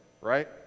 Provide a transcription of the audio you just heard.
right